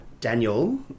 Daniel